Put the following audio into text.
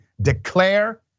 declare